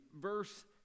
verse